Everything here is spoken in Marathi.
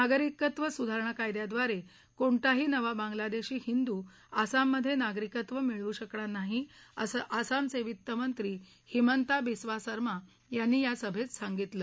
नागरिकत्व सुधारणा कायद्याद्वारे कोणताही नवा बांग्लादेशी हिंदू आसाममधे नागरिकत्व मिळवू शकणार नाही असं आसामचे वित्तमंत्री हिमंता बिस्वा सरमा यांनी या सभेत सांगितलं